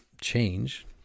change